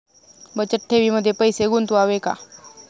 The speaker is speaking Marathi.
बचत ठेवीमध्ये पैसे गुंतवावे का?